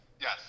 yes